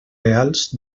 reals